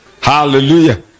hallelujah